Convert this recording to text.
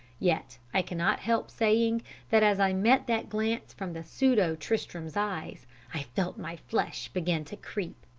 yet i cannot help saying that as i met that glance from the pseudo-tristram's eyes i felt my flesh begin to creep.